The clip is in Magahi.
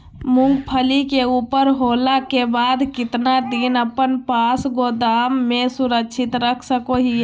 मूंगफली के ऊपज होला के बाद कितना दिन अपना पास गोदाम में सुरक्षित रख सको हीयय?